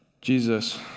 Jesus